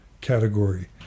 category